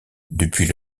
depuis